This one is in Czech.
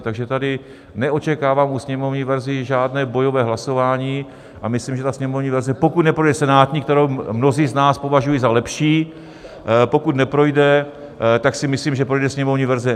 Takže tady neočekávám u sněmovní verze žádné bojové hlasování a myslím, že sněmovní verze pokud neprojde senátní, kterou mnozí z nás považuji za lepší, pokud neprojde, tak si myslím, že projde sněmovní verze.